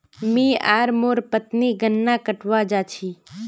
मी आर मोर पत्नी गन्ना कटवा जा छी